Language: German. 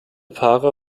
paare